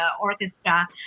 orchestra